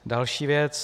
Další věc.